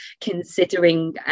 considering